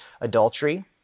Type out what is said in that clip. adultery